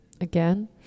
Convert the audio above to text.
Again